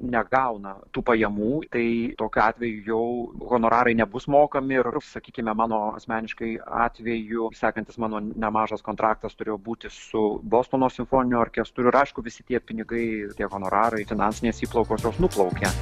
negauna tų pajamų tai tokiu atveju jau honorarai nebus mokami ir sakykime mano asmeniškai atveju sekantis mano nemažas kontraktas turėjo būti su bostono simfoniniu orkestru ir aišku visi tie pinigai tie honorarai finansinės įplaukos jos nuplaukia